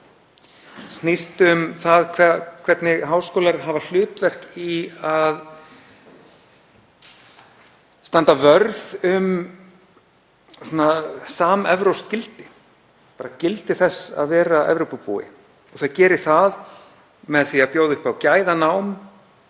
snýst um það hvernig háskólar hafa hlutverk í að standa vörð um samevrópskt gildi, bara gildi þess að vera Evrópubúi, og að þau geri það með því að bjóða upp á gæðanám,